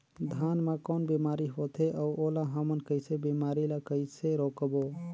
धान मा कौन बीमारी होथे अउ ओला हमन कइसे बीमारी ला कइसे रोकबो?